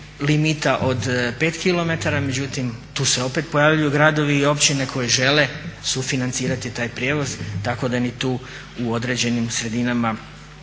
limita od 5km, međutim, tu se opet pojavljuju gradovi i općine koje žele sufinancirati taj prijevoz tako da ni tu u određenim sredinama